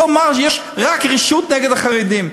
הכול, יש רק רשעות נגד החרדים.